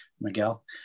Miguel